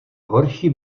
horší